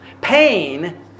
Pain